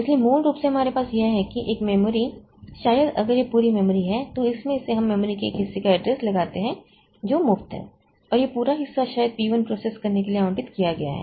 इसलिए मूल रूप से हमारे पास यह है कि एक मेमोरी शायद अगर यह पूरी मेमोरी है तो इसमें से हम मेमोरी के एक हिस्से का एड्रेस लगाते हैं जो मुफ़्त है और यह पूरा हिस्सा शायद P 1 प्रोसेस करने के लिए आवंटित किया गया है